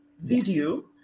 video